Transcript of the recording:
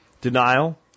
Denial